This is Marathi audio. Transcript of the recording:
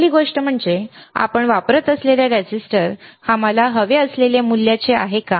पहिली गोष्ट म्हणजे आपण वापरत असलेले रेझिस्टर आम्हाला हवे असलेले मूल्य आहे का